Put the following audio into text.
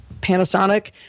Panasonic